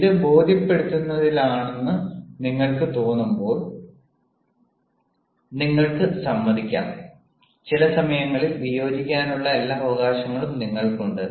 ഇത് ബോധ്യപ്പെടുത്തുന്നതാണെന്ന് നിങ്ങൾക്ക് തോന്നുമ്പോൾ നിങ്ങൾക്ക് സമ്മതിക്കാം പക്ഷേ ചില സമയങ്ങളിൽ വിയോജിക്കാനുള്ള എല്ലാ അവകാശങ്ങളും നിങ്ങൾക്കുണ്ട്